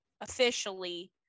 officially